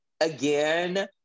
again